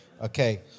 Okay